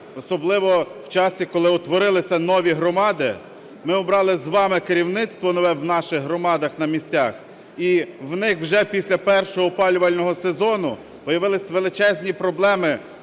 особливо в часи, коли утворилися нові громади, ми обрали з вами керівництво нове у наших громадах на місцях. І у них вже після першого опалювального сезону появилися величезні проблеми